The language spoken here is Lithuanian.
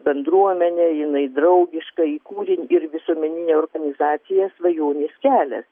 bendruomenę jinai draugiška įkūrė ir visuomeninę organizaciją svajonės kelias